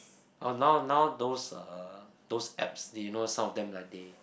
orh now now those uh those apps do you know some of them like they